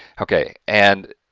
okay, and,